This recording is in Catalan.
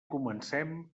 comencem